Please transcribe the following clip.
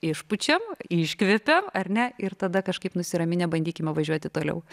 išpučiam iškvepiam ar ne ir tada kažkaip nusiraminę bandykime važiuoti toliau